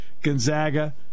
Gonzaga